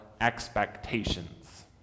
expectations